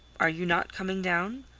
are you not coming down?